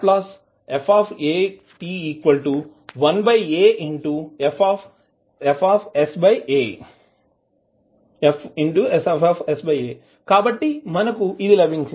Lf 1aFsa కాబట్టి మనకు ఇది లభించింది